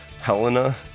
Helena